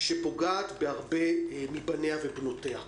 שפוגעת בהרבה מבניה ובנותיה.